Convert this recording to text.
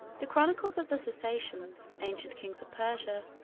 the chronicles of the sassanians, ancient kings of persia,